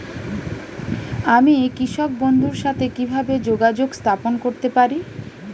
আমি কৃষক বন্ধুর সাথে কিভাবে যোগাযোগ স্থাপন করতে পারি?